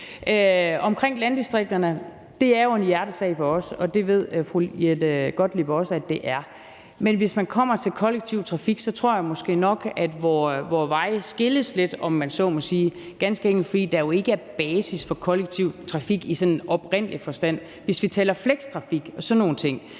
Omkring landdistrikterne vil jeg sige, at det er en hjertesag for os, og det ved fru Jette Gottlieb også at det er. Men hvis det kommer til kollektiv trafik, tror jeg måske nok, at vore veje skilles lidt, om man så må sige, ganske enkelt fordi der jo ikke er basis for kollektiv trafik i sådan oprindelig forstand. Hvis vi taler flextrafik og sådan nogle ting,